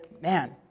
man